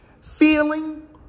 feeling